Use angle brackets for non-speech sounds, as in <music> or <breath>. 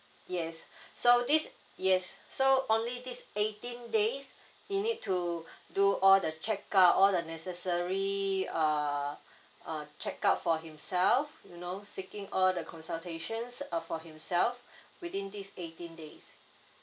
yes <breath> so these yes so only these eighteen days <breath> he need to <breath> do all the check up all the necessary uh <breath> uh check up for himself you know seeking over the consultations uh for himself <breath> within these eighteen days